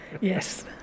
Yes